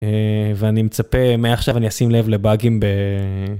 ואני מצפה מעכשיו אני אשים לב לבאגים ב.